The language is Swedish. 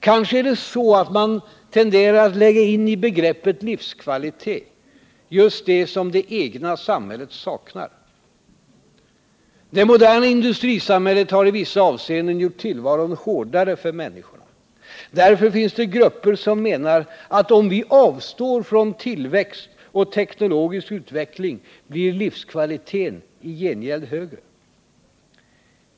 Kanske är det så att man tenderar att lägga in i begreppet livskvalitet just det som det egna samhället saknar. Det moderna industrisamhället har i vissa avseenden gjort tillvaron hårdare för människorna. Därför finns det grupper som menar att om vi avstår från tillväxt och teknologisk utveckling, blir livskvaliteten i gengäld högre.